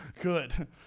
good